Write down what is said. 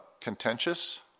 Contentious